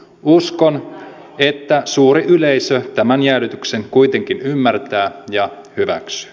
uskon että suuri yleisö tämän jäädytyksen kuitenkin ymmärtää ja hyväksyy